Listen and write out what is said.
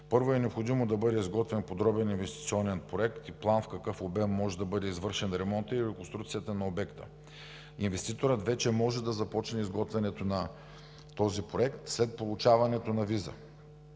Първо е необходимо да бъде изготвен подробен инвестиционен проект и план в какъв обем може да бъде извършен ремонтът и реконструкцията на обекта. Инвеститорът вече може да започне изготвянето на този проект след получаването на виза.